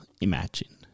imagine